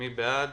מי בעד?